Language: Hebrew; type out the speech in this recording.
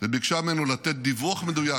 וביקשה ממנו לתת דיווח מדויק